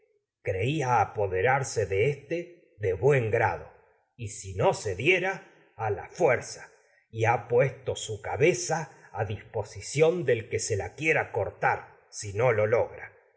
creía apoderarse de éste de buen grado cediera a la fuerza y ha puesto su cabeza a disposición del que se y la quiera cortar si te no lo logra